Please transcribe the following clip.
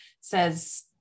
says